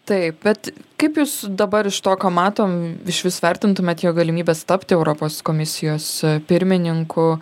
taip bet kaip jūs dabar iš to ką matom išvis vertintumėt jo galimybes tapti europos komisijos pirmininku